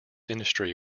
industry